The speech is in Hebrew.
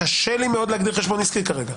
קשה לי מאוד להגדיר חשבון עסקי כרגע.